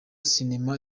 sinema